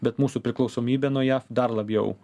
bet mūsų priklausomybė nuo jav dar labiau